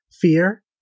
fear